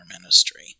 ministry